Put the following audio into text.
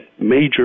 major